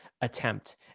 attempt